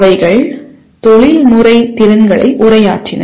அவைகள் தொழில்முறை திறன்களை உரையாற்றின